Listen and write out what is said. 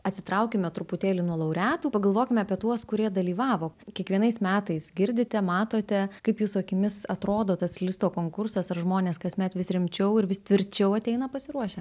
atsitraukime truputėlį nuo laureatų pagalvokime apie tuos kurie dalyvavo kiekvienais metais girdite matote kaip jūsų akimis atrodo tas listo konkursas ar žmonės kasmet vis rimčiau ir vis tvirčiau ateina pasiruošę